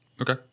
Okay